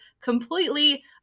completely